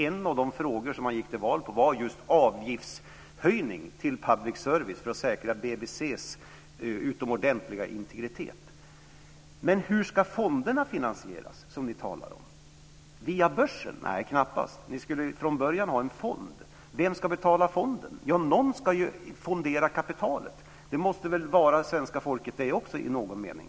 En av de frågor man gick till val på var just avgiftshöjningen till public service för att säkra BBC:s utomordentliga integritet. Hur ska fonderna finansieras, som vi talar om? Via börsen? Nej, knappast. Ni skulle från början ha en fond. Vem ska betala fonden? Någon ska fondera kapitalet. Det måste väl vara svenska folket i någon mening?